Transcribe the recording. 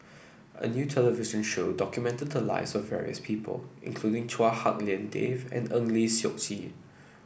a new television show documented the lives of various people including Chua Hak Lien Dave and Eng Lee Seok Chee